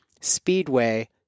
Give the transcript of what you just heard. Speedway